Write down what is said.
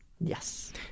Yes